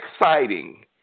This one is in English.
exciting